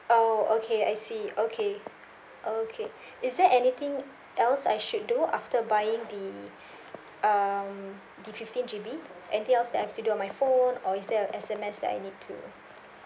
oh okay I see okay okay is there anything else I should do after buying the um the fifteen G_B anything else that I've to do on my phone or is there a S_M_S that I need to